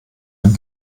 wenn